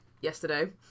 Yesterday